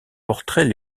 portraits